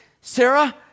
Sarah